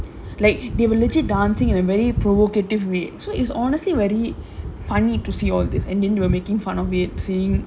like the they were legit dancing in a very provocative way so is honestly very funny to see all these and then were making fun of it saying